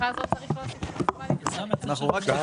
אפשר